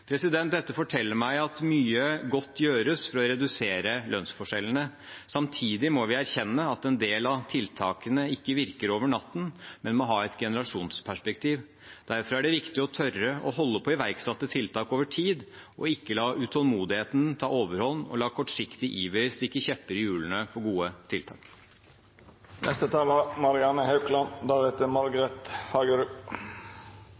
Dette forteller meg at mye godt gjøres for å redusere lønnsforskjellene. Samtidig må vi erkjenne at en del av tiltakene ikke virker over natten, men må ha et generasjonsperspektiv. Derfor er det viktig å tørre å holde på iverksatte tiltak over tid, og ikke la utålmodigheten ta overhånd og la kortsiktig iver stikke kjepper i hjulene for gode